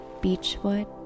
beechwood